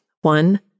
One